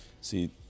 See